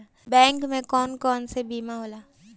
Bank में कौन कौन से बीमा होला?